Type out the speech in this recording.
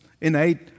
innate